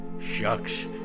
Shucks